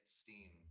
steam